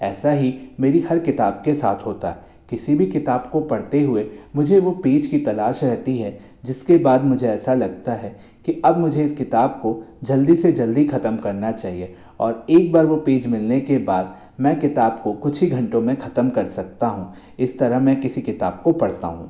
ऐसा ही मेरी हर किताब के साथ होता किसी भी किताब को पढ़ते हुए मुझे वो पेज की तलाश रेहती है जिसके बाद मुझे ऐसा लगता है कि अब मुझे इस किताब को जल्दी से जल्दी खत्म करना चाहिए और एक बार वो पेज मिलने के बाद मैं किताब को कुछ ही घंटो में खत्म कर सकता हूँ इस तरह मैं किसी किताब को पढ़ता हूँ